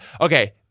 Okay